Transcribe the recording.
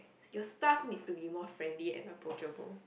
your staff needs to be more friendly and approachable